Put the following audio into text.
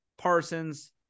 Parsons